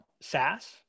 SaaS